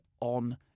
on